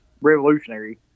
revolutionary